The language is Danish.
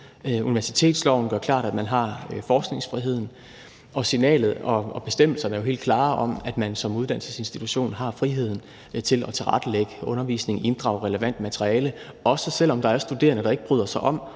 Universitetsloven gør klart, at man har forskningsfriheden, og signalet og bestemmelserne er jo helt klare om, at man som uddannelsesinstitution har friheden til at tilrettelægge undervisningen og inddrage relevant materiale, også selv om der er studerende, der ikke bryder sig om